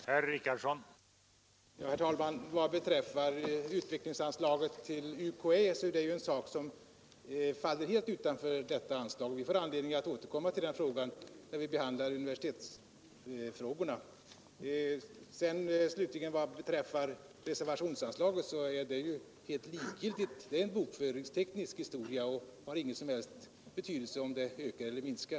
Herr talman! Utvecklingsanslaget till UKÄ är en sak som helt faller utanför detta anslag. Vi får anledning att återkomma till detta ämne, när vi behandlar universitetsfrågorna. Reservationerna är av bokföringsteknisk karaktär, och det har ingen som helst reell betydelse om de ökar eller minskar.